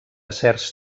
certs